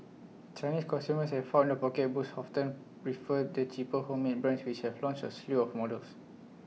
Chinese consumers have found their pocketbooks often refer the cheaper homemade brands which have launched A slew of models